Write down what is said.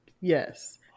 Yes